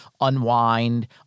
unwind